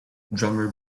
drummer